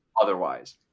otherwise